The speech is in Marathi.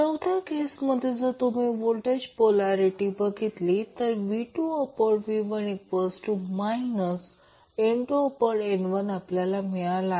आता चौथ्या केसमध्ये जर तुम्ही व्होल्टेज पोल्यारिटी बघितली तर V2V1 N2N1 आपल्याला मिळेल